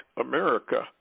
America